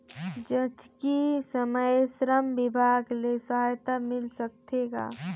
जचकी समय श्रम विभाग ले सहायता मिल सकथे का?